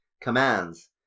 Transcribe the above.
commands